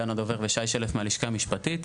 דנה דובר ושי שלף מהלשכה המשפטית.